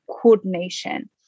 coordination